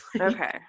Okay